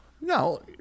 No